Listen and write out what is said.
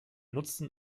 nutzen